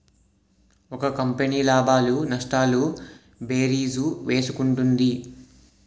ఒక కంపెనీ లాభాలు నష్టాలు భేరీజు వేసుకుంటుంది